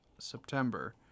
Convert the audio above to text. September